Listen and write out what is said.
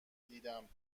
دیدم